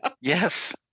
Yes